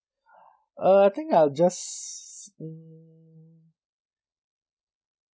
uh I think I'll just mm